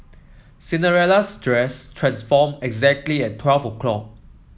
Cinderella's dress transformed exactly at twelve o'clock